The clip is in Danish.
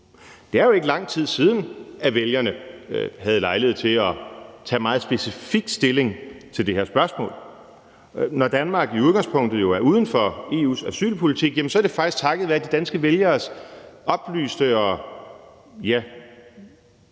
Det er jo ikke lang tid siden, at vælgerne havde lejlighed til at tage meget specifik stilling til det her spørgsmål. Når Danmark i udgangspunktet jo er uden for EU's asylpolitik, er det faktisk takket være de danske vælgeres oplyste og